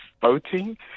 voting